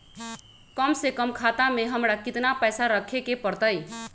कम से कम खाता में हमरा कितना पैसा रखे के परतई?